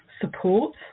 support